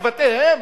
בבתיהם,